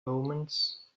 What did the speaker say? omens